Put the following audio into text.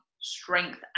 strength